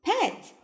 pet